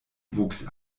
wuchs